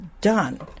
done